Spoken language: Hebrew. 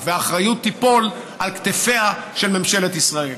והאחריות תיפול על כתפיה של ממשלת ישראל.